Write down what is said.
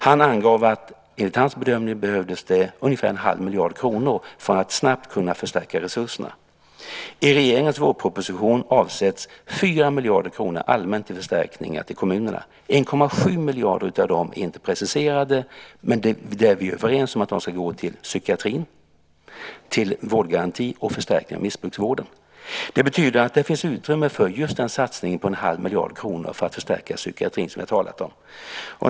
Han angav att det enligt hans bedömningar behövdes ungefär en halv miljard kronor för att snabbt kunna förstärka resurserna. I regeringens vårproposition avsätts 4 miljarder kronor allmänt till förstärkningar till kommunerna. 1,7 miljarder av dem är inte preciserade, men vi är överens om att de ska gå till psykiatrin, till vårdgaranti och till förstärkningar av missbruksvården. Det betyder att det finns utrymme för just en satsning på en halv miljard kronor för att förstärka psykiatrin, som vi har talat om.